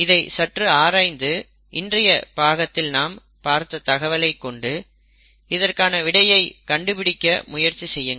இதை சற்று ஆராய்ந்து இன்றைய பாகத்தில் நாம் பார்த்த தகவலை கொண்டு இதற்கான விடையை கண்டுபிடிக்க முயற்சி செய்யுங்கள்